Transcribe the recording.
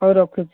ହଉ ରଖୁଛି